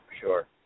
sure